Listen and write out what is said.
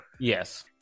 Yes